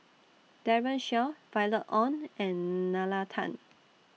Daren Shiau Violet Oon and Nalla Tan